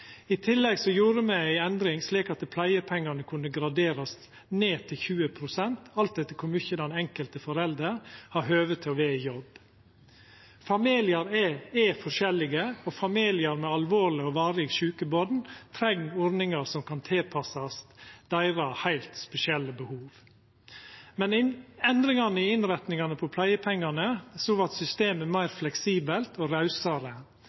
I tillegg endra me slik at pleiepengane kunne graderast ned til 20 pst., alt etter kor mykje den enkelte forelder har høve til å vera i jobb. Familiar er forskjellige, og familiar med alvorleg og varig sjuke barn treng ordningar som kan tilpassast deira heilt spesielle behov. Med endringa av innretninga av pleiepengane vart systemet meir fleksibelt og rausare.